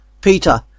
Peter